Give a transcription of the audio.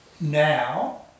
now